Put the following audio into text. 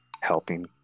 helping